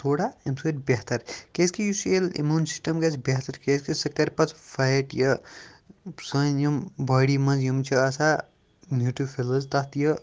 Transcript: تھوڑا اَمہِ سۭتۍ بہتر کیٛازِکہِ یُس ییٚلہِ اِمیوٗن سِسٹَم گژھِ بہتر کیٛازِکہِ سُہ کَرِ پَتہٕ فایٹ یہِ سٲنۍ یِم باڈی منٛز یِم چھِ آسان نیوٗٹِرٛفِلٕز تَتھ یہِ